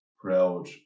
proud